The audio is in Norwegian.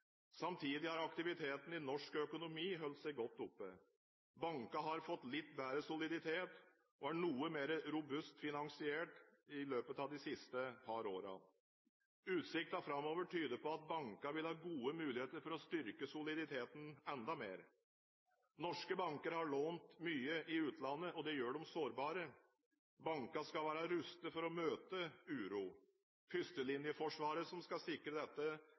Samtidig har aktiviteten i norsk økonomi holdt seg godt oppe. Bankene har fått litt bedre soliditet og er noe mer robust finansiert i løpet av de siste par årene. Utsiktene framover tyder på at bankene vil ha gode muligheter til å styrke soliditeten enda mer. Norske banker har imidlertid lånt mye i utlandet, og det gjør dem sårbare. Bankene skal være rustet for å møte uro. Førstelinjeforsvaret som skal sikre dette,